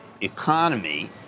economy